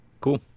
Cool